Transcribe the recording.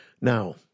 Now